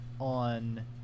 on